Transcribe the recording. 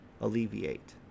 alleviate